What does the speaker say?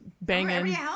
banging